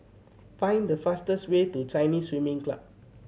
find the fastest way to Chinese Swimming Club